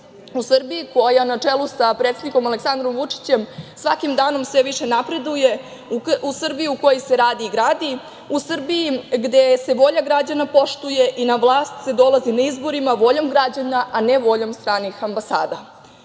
U Srbiji koja na čelu sa predsednikom Aleksandrom Vučićem svakim danom sve više napreduje, u Srbiji u kojoj se radi i gradi, u Srbiji gde se volja građana poštuje i na vlast se dolazi na izborima voljom građana, a ne voljom stranih ambasada. Najveći